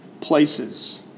places